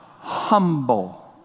humble